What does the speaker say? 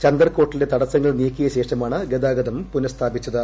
ചന്ദർകോട്ടിലെ തടസ്സങ്ങൾ നീക്കിയ ശേഷമാണ് ഗതാഗതം പുനസ്ഥാപിച്ചത്